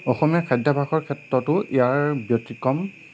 অসমীয়া খাদ্যাভাসৰ ক্ষেত্ৰটো ইয়াৰ ব্যতিক্ৰম